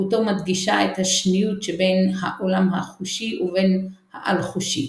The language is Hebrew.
הגותו מדגישה את השניות שבין העולם החושי ובין העל-חושי.